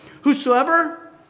Whosoever